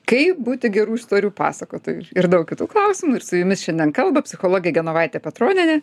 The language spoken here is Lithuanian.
kaip būti gerų istorijų pasakotoju ir daug kitų klausimų ir su jumis šiandien kalba psichologė genovaitė petronienė